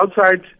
outside